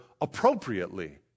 appropriately